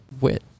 wit